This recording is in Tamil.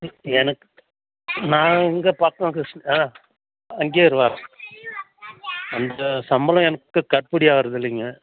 ம் எனக் நான் இங்கே பக்கம் கிரிஷ் ஆ அங்கே இரு வரேன் அந்த சம்பளம் எனக்கு கட்டுப்படி ஆவறதில்லிங்க